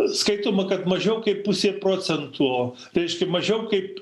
skaitoma kad mažiau kaip pusė procentų reiškia mažiau kaip